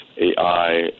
AI